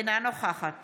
אינה נוכחת